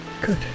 Good